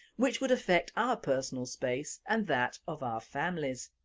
which would affect our personal space and that of our families.